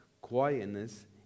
quietness